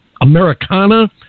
Americana